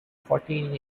fourteen